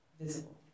visible